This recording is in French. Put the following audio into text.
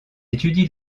étudie